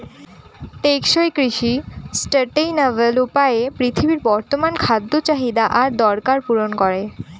টেকসই কৃষি সাস্টেইনাবল উপায়ে পৃথিবীর বর্তমান খাদ্য চাহিদা আর দরকার পূরণ করে